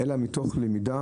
אלא מתך למידה,